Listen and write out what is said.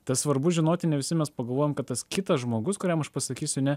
tas svarbu žinoti ne visi mes pagalvojom kad tas kitas žmogus kuriam aš pasakysiu ne